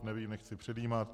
Nevím, nechci předjímat.